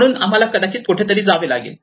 म्हणून आम्हाला कदाचित कोठेतरी जावे लागेल